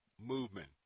movement